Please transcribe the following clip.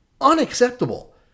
unacceptable